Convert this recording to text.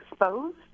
exposed